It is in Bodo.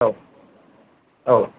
औ औ